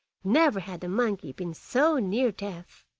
never had the monkey been so near death,